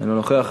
אינו נוכח.